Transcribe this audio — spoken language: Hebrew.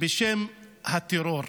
בשם הטרור,